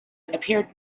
appeared